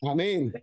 Amen